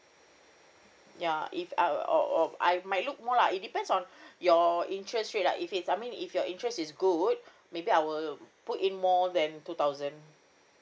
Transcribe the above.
ya if I~ or or I might look more lah it depends on your interest rate lah if it's I mean if your interest rate is good maybe I will put in more than two thousand